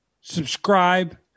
Subscribe